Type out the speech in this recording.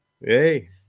Hey